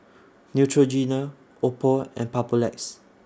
Neutrogena Oppo and Papulex